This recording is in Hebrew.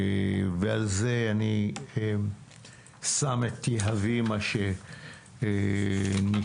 ועל זה אני שם יהבי, מה שנקרא.